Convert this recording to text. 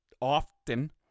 often